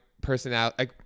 personality